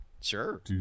Sure